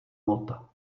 hmota